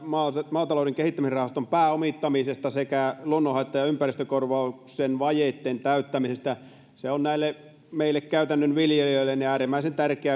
maatalouden kehittämisrahaston pääomittamisesta sekä luonnonhaitta ja ympäristökorvauksen vajeitten täyttämisestä se on näille meille käytännön viljelijöille äärimmäisen tärkeä